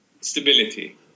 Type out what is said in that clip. stability